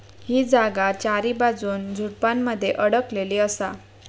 ही जागा चारीबाजून झुडपानमध्ये अडकलेली असा